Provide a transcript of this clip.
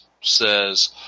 says